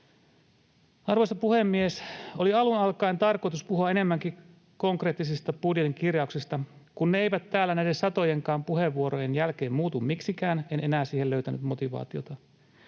Arvoisa puhemies! Oli alun alkaen tarkoitus puhua enemmänkin konkreettisista budjetin kirjauksista, mutta kun ne eivät täällä näiden satojenkaan puheenvuorojen jälkeen muutu miksikään, en enää siihen löytänyt motivaatiota.